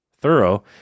thorough